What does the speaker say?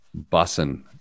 bussin